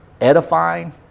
edifying